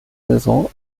saison